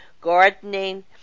gardening